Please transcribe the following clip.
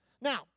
Now